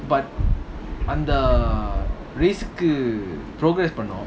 but under race ku progress பண்ணனும்:pannanum